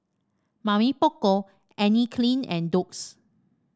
Mamy Poko Anne Klein and Doux